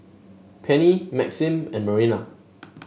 Penni Maxim and Marina